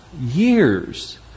years